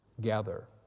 gather